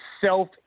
self